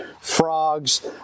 frogs